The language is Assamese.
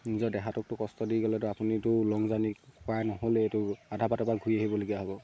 নিজৰ দেহাটোকততো কষ্ট দি গ'লেতো আপুনিটো লং জাৰ্ণি কৰাই নহ'লে এইটো আধা বাটৰ পৰা ঘূৰি আহিবলগীয়া হ'ব